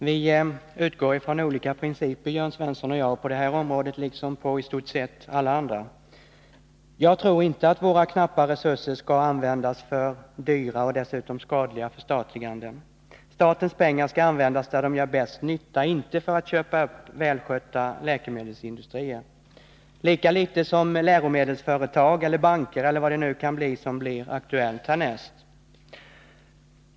Herr talman! Jörn Svensson och jag utgår från olika principer på det här området liksom på i stort sett alla andra områden. Jag tror inte att våra knappa resurser skall användas till dyra och dessutom skadliga förstatliganden. Statens pengar skall användas där de gör största nyttan, inte för att köpa upp välskötta läkemedelsindustrier — lika litet som läromedelsföretag, banker eller vad det nu kan vara som blir aktuellt härnäst.